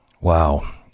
Wow